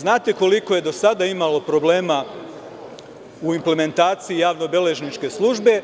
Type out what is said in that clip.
Znate koliko je do sada imalo problema u implementaciji javno beležničke službe,